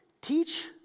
teach